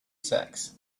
sacks